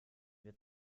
wir